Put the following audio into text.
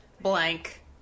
blank